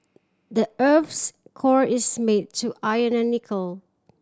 the earth's core is made to iron and nickel